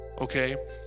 Okay